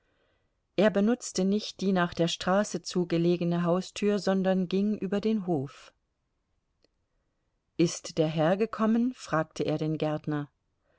er benutzte nicht die nach der straße zu gelegene haustür sondern ging über den hof ist der herr gekommen fragte er den gärtner